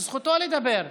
זו זכותו לדבר.